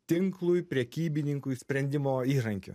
tinklui prekybininkui sprendimo įrankiu